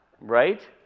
right